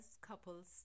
Couples